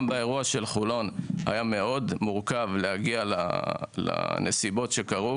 גם באירוע של חולון היה מאוד מורכב להגיע לנסיבות של מה שקרה.